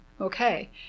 okay